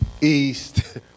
east